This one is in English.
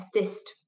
assist